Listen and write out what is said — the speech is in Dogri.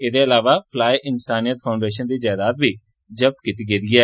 एहदे अलावा फलाहे इंसानियत फाउंडेशन दी जैदाद जब्त बी कीती गेदी ऐ